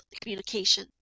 communication